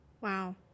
Wow